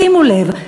שימו לב,